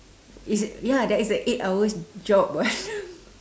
is a ya that is a eight hours job [what]